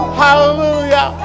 hallelujah